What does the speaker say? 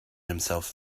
himself